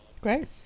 Great